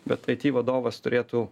bet aiti vadovas turėtų